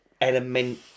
element